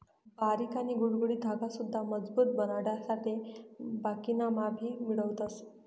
बारीक आणि गुळगुळीत धागा सुद्धा मजबूत बनाडासाठे बाकिना मा भी मिळवतस